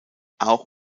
auch